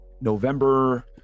November